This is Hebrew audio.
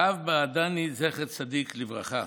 הרב בעדני, זכר צדיק לברכה,